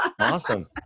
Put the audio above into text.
awesome